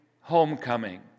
homecoming